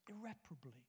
irreparably